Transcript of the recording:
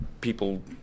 people